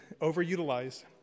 overutilized